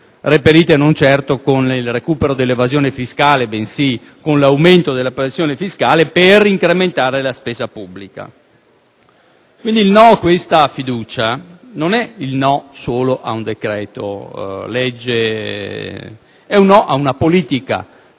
reperite non certo con il recupero dell'evasione fiscale, bensì con l'aumento della pressione fiscale per incrementare la spesa pubblica. Quindi, il no a questa fiducia non è solo il no ad un decreto‑legge, ma ad una politica